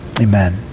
amen